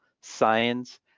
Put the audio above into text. science